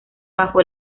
bajo